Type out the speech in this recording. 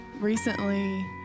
Recently